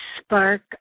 spark